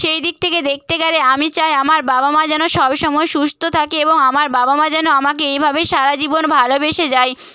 সেই দিক থেকে দেখতে গেলে আমি চাই আমার বাবা মা যেন সবসময় সুস্থ থাকে এবং আমার বাবা মা যেন আমাকে এইভাবেই সারা জীবন ভালোবেসে যায়